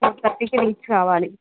మాకు ticket list కావాలి